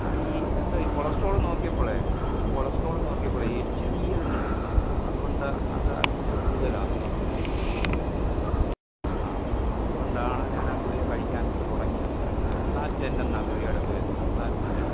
ആ ഈ എൻ്റെ കൊളസ്ട്രോള് നോക്കിയപ്പോൾ കൊളസ്ട്രോള് നോക്കിയപ്പോൾ എച്ച് ഡി എല്ലുന്നുള്ളൊരു സംഭവമുണ്ടത് കൊണ്ട് അത് അതിച്ചിരി കൂടുതലാന്ന് പറഞ്ഞായിരുന്നത് കൊ ആ ആ ആ ആ അതുകൊണ്ടാണ് ഞാനാ ഗുളിക കഴിക്കാൻ തുടങ്ങിയതൊരു അസാറ്റ് ടെന്നെന്നാ ഗുളികയുടെ പേര് അസാറ്റ് ടെൻ